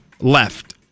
left